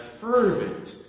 fervent